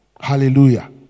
Hallelujah